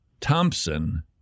Thompson